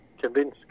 convince